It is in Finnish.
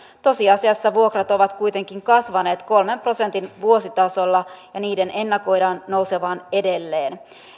tosiasiassa vuokrat ovat kuitenkin kasvaneet kolmen prosentin vuositasolla ja niiden ennakoidaan nousevan edelleen